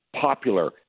popular